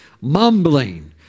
mumbling